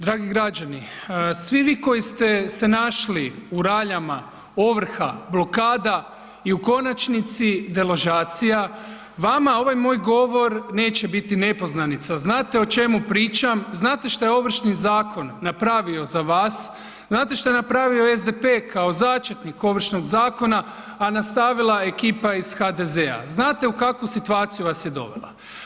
Dragi građani, svi vi koji ste se našli u raljama ovrha, blokada i u konačnici deložacija vama ovaj moj govor neće biti nepoznanica, znate o čemu pričam, znate šta je Ovršni zakon napravio za vas, znate šta je napravio SDP kao začetnik Ovršnog zakona, a nastavila ekipa iz HDZ-a, znate u kakvu situaciju vas je dovela.